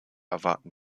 erwarten